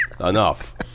Enough